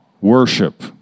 Worship